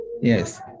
Yes